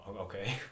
Okay